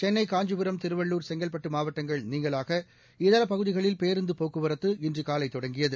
சென்னை காஞ்சிபுரம் திருவள்ளூர் செங்கல்பட்டுமாவட்டங்கள் நீங்கலாக இதரபகுதிகளில் பேருந்தபோக்குவரத்து இன்றுகாலைதொடங்கியது